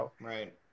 Right